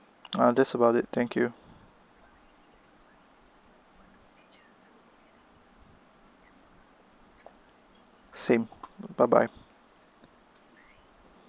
uh that's about it thank you same bye bye